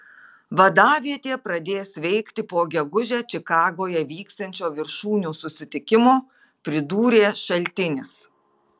vadavietė pradės veikti po gegužę čikagoje vyksiančio viršūnių susitikimo pridūrė šaltinis